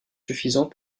suffisante